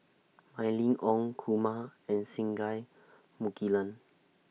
Mylene Ong Kumar and Singai Mukilan